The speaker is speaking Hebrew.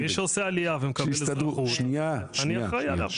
מי שעושה עליה ומקבל אזרחות, אני אחראי עליו.